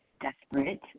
desperate